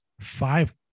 five